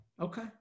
Okay